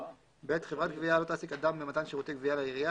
(ב) חברת גבייה לא תעסיק אדם במתן שירותי גבייה לעירייה,